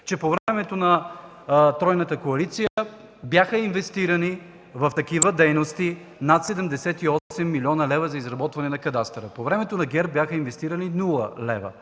че по времето на тройната коалиция бяха инвестирани в такива дейности над 78 млн. лв. за изработване на кадастъра. По времето на ГЕРБ бяха инвестирани нула лева.